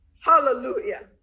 Hallelujah